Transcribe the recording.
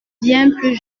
plus